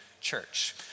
church